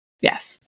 yes